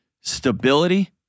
Stability